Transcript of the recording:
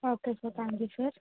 okay sir thank you sir